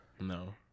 No